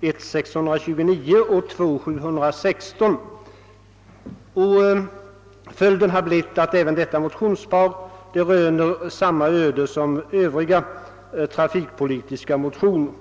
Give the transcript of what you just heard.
I:629 och II:716. Motionsparet har rönt samma öde som övriga motioner i de trafikpolitiska frågorna.